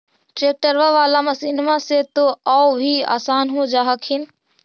ट्रैक्टरबा बाला मसिन्मा से तो औ भी आसन हो जा हखिन?